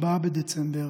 4 בדצמבר,